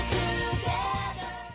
together